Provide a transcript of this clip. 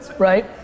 Right